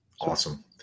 Awesome